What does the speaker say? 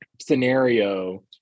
scenario